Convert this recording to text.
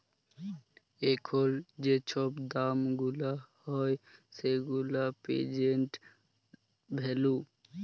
এখল যে ছব দাম গুলা হ্যয় সেগুলা পের্জেল্ট ভ্যালু